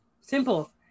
Simple